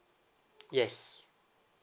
yes